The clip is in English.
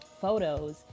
photos